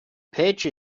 pitch